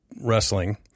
wrestling